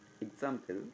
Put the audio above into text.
Example